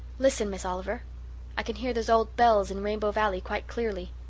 listen, miss oliver i can hear those old bells in rainbow valley quite clearly.